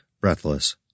breathless